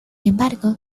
embargo